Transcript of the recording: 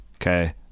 Okay